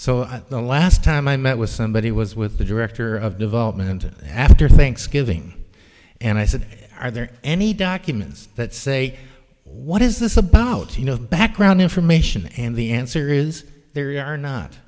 so the last time i met with somebody was with the director of development after thanksgiving and i said are there any documents that say what is this about you know background information and the answer is they are not